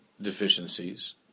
deficiencies